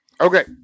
Okay